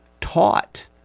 taught